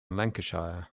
lancashire